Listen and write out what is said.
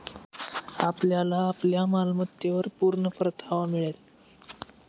आपल्याला आपल्या मालमत्तेवर पूर्ण परतावा मिळेल